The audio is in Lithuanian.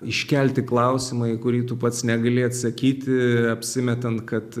iškelti klausimą į kurį tu pats negali atsakyti apsimetant kad